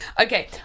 Okay